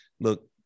look